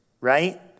right